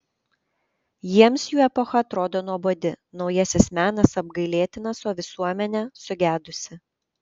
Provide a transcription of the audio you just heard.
jiems jų epocha atrodo nuobodi naujasis menas apgailėtinas o visuomenė sugedusi